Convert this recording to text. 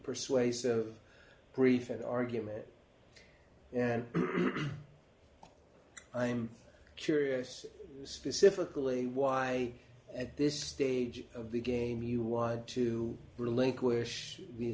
persuasive brief and argument and i'm curious specifically why at this stage of the game you want to relinquish